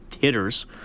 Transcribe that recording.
hitters